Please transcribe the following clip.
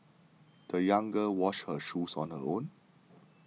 the young girl washed her shoes on her own